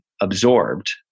absorbed